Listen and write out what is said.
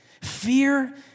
fear